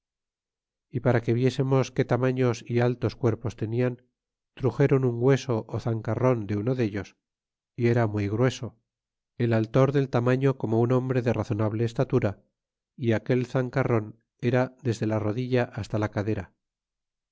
e para que viésemos que tamaños é altos cuerpos tenian truxéron un hueso ó zancarron de uno delios y era muy grueso el altor del tamaño como un hombre de razonable estatura y aquel zancarron era desde la rodilla hasta la cadera